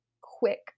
quick